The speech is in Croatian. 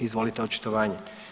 Izvolite očitovanje.